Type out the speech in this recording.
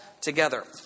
together